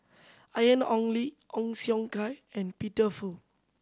Ian Ong Li Ong Siong Kai and Peter Fu